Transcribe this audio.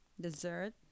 Dessert